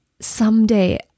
someday